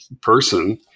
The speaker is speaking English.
person